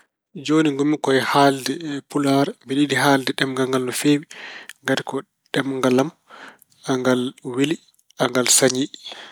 Jooni ngonmi ko e haalde Pulaar. Mbeɗe yiɗi haalde ɗemngal ngal no feewi. Ngati ko ɗemngal am. Angal weli, angal sañi.